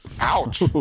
Ouch